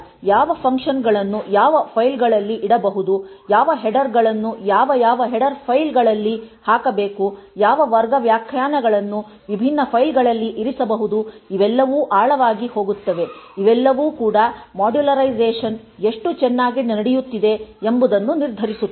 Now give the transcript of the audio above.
ಯಾವ ಫಂಕ್ಷನ್ ಗಳನ್ನು ಯಾವ ಫೈಲ್ಗಳಲ್ಲಿ ಇಡಬಹುದು ಯಾವ ಹೆಡರ್ ಳನ್ನು ಯಾವ ಯಾವ ಹೆಡರ್ ಫೈಲ್ಗಳಲ್ಲಿ ಹಾಕಬೇಕು ಯಾವ ವರ್ಗ ವ್ಯಾಖ್ಯಾನಗಳನ್ನು ವಿಭಿನ್ನ ಫೈಲ್ಗಳಲ್ಲಿ ಇರಿಸಬಹುದು ಇವೆಲ್ಲವೂ ಆಳವಾಗಿ ಹೋಗುತ್ತವೆ ಇವೆಲ್ಲವೂ ಕೂಡ ಮಾಡ್ಯುಲರೈಸೇಶನ್ ಎಷ್ಟು ಚೆನ್ನಾಗಿ ನಡೆಯುತ್ತಿದೆ ಎಂಬುದನ್ನು ನಿರ್ಧರಿಸುತ್ತದೆ